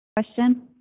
Question